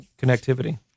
connectivity